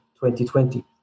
2020